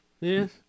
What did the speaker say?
Yes